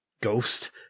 Ghost